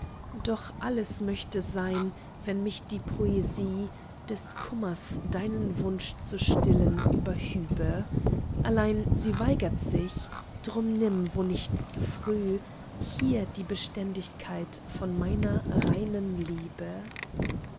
doch alles möchte sein wenn mich die poesie des kummers deinen wunsch zu stillen überhübe allein sie wegert sich drum nimm wo nicht zu früh hier die beständigkeit von meiner reinen liebe